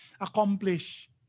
accomplish